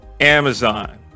Amazon